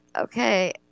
okay